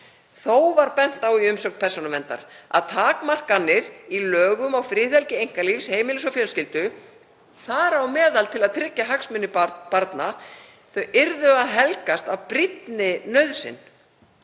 Þó var bent á í umsögn Persónuverndar að takmarkanir í lögum á friðhelgi einkalífs, heimilis og fjölskyldu, þar á meðal til að tryggja hagsmuni barna, yrðu að helgast af brýnni nauðsyn.